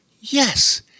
Yes